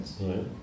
Right